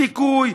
דיכוי,